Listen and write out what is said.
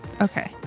Okay